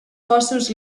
cossos